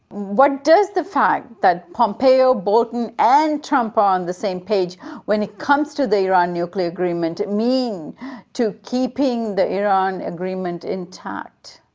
what does the fact that pompeo, bolton, and trump on the same page when it comes to the iran nuclear agreement mean to keeping the iran agreement intact?